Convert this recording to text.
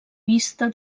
vista